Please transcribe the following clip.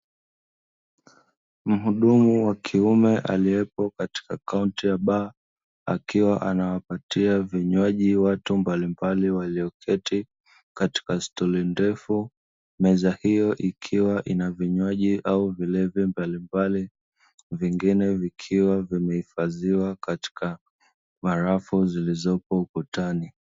Mhudumu wa kiume aliepo katika kaunti ya baa, akiwa anawapatia vinywaji watu mbalimbali walioketi katika stuli ndefu, meza hiyo ikiwa na vinywaji au vilevi mbalimbali vingine vikiwa vimehifadhiwa katika barafu zilizopo ukutani.